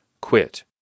quit